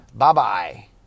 Bye-bye